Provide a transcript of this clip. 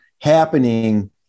happening